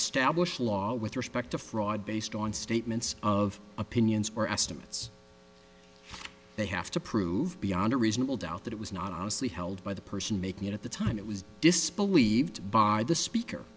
a stablish law with respect to fraud based on statements of opinions or estimates they have to prove beyond a reasonable doubt that it was not honestly held by the person making it at the time it was disbelieved bar the speaker